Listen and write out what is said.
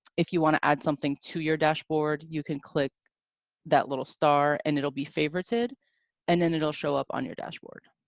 if you want to add something to your dashboard, you can click that little star and it'll be favorited and then it'll show up on your dashboard.